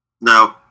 No